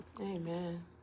Amen